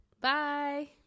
bye